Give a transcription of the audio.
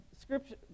Scripture